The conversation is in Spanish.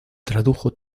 tradujo